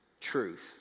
truth